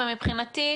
מבחינתי,